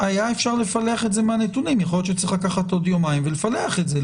בעניין הזה: לפני כחמש שנים יצאה הנחיית פרקליט מדינה,